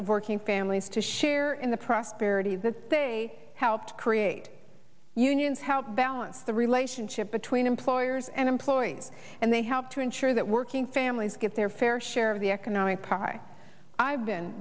of working families to share in the prosperity that they helped create unions help balance the relationship between employers and employees and they help to ensure that working families get their fair share of the economic pie i've been